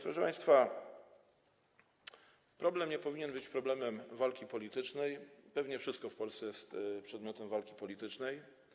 Proszę państwa, ten problem nie powinien być przedmiotem walki politycznej, choć pewnie wszystko w Polsce jest przedmiotem walki politycznej.